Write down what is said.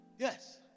Yes